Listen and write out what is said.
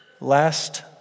Last